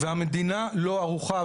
והמדינה לא ערוכה,